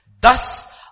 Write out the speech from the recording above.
Thus